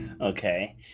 Okay